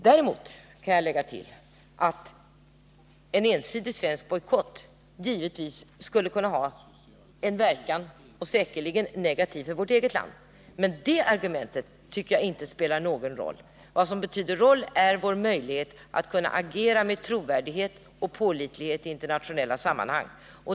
Däremot kan jag tillägga att en ensidig svensk bojkott givetvis skulle kunna ha en negativ verkan för vårt eget land, men det argumentet tycker jag inte spelar någon roll. Vad som betyder något är vår möjlighet att agera med trovärdighet och pålitlighet i internationella sammanhang.